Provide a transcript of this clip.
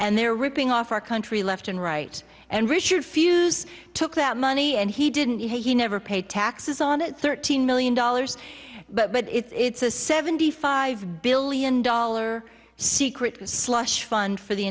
and they're ripping off our country left and right and richard fuz took that money and he didn't he never paid taxes on it thirteen million dollars but it's a seventy five billion dollar secret slush fund for the